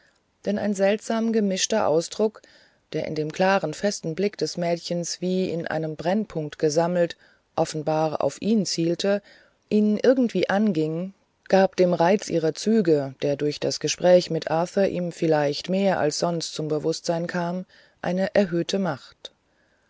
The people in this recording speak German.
denn ein seltsam gemischter ausdruck der in dem klaren festen blick des mädchens wie in einem brennpunkt gesammelt offenbar auf ihn zielte ihn irgendwie anging gab dem reiz ihrer züge der durch das gespräch mit arthur ihm vielleicht mehr als sonst zum bewußtsein kam eine erhöhte macht